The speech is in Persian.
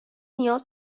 نیاز